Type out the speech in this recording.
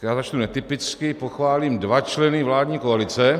Já začnu netypicky, pochválím dva členy vládní koalice.